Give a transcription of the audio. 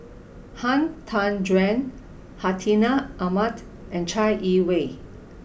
Han Tan Juan Hartinah Ahmad and Chai Yee Wei